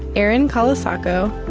erin colasacco,